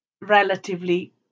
relatively